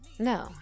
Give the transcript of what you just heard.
No